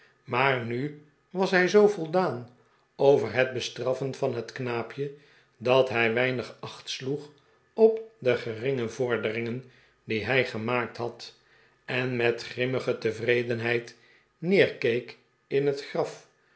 maar nu was hij zoo voldaan over het bestraffen van het knaapje dat hij weinig acht sloeg op de geringe vorderingen die hij gemaakt had en met grimmige tevredenheid neerkeek in het graf